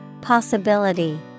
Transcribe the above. Possibility